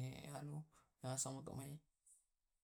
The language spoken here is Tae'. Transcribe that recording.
mi tu marasami.